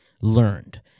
learned